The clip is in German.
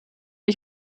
ich